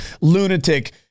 lunatic